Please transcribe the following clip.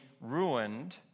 ruined